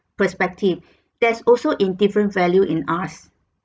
perspective there's also indifferent value in us